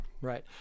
right